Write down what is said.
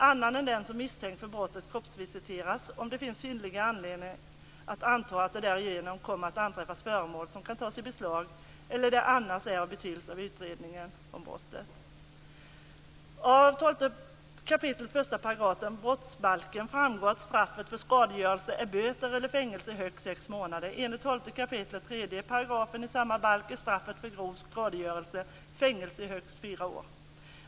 Annan än den som misstänks för brottet får kroppsvisiteras om det finns synnerlig anledning att anta att det därigenom kommer att anträffas föremål som kan tas i beslag eller det annars är av betydelse för utredningen av brottet. Av 12 kap. 1 § brottsbalken framgår att straffet för skadegörelse är böter eller fängelse i högst sex månader. Enligt 12 kap. 3 § i samma balk är straffet för grov skadegörelse fängelse i högst fyra år.